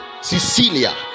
Cecilia